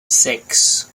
six